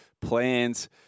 plans